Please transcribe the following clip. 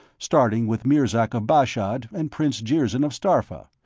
starting with mirzark of bashad and prince jirzyn of starpha,